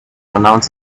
announce